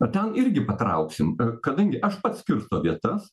o ten irgi patrauksim kadangi aš pats skirstau vietas